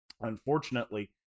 Unfortunately